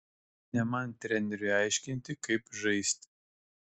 ne man treneriui aiškinti kaip žaisti